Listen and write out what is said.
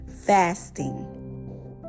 fasting